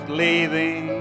leaving